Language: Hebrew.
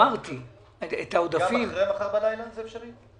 גם אחרי מחר בלילה זה אפשרי?